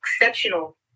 exceptional